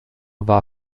war